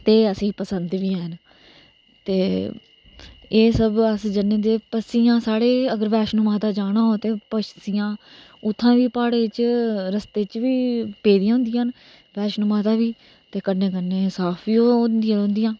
ते अ सेंगी पसंद बी औंदियां न ते एह् सब अस जिन्ना चिर पस्सियां साढ़े अगर बैष्णो देबी जाना होऐ ते पस्सियां उत्थै बी प्हाडे़ं च रस्ते च बी पेई दियां होंदियां ना बैष्णो माता बी कन्नै कन्नै साफ बी होआ दियां होंदियां न